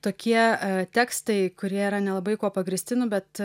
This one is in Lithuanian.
tokie tekstai kurie yra nelabai kuo pagrįsti nu bet